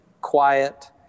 quiet